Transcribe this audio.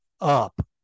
up